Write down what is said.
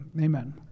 Amen